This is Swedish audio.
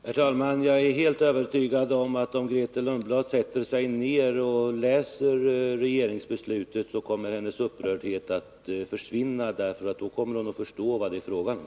Herr talman! Jag är helt övertygad om, att om Grethe Lundblad sätter sig ner och läser regeringsbeslutet, kommer hennes upprördhet att försvinna, för då kommer hon att förstå vad det är fråga om.